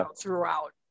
throughout